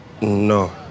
No